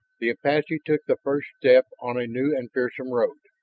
the apache took the first step on a new and fearsome road.